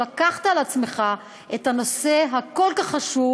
שלקחת על עצמך את הנושא הכל-כך חשוב